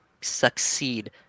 succeed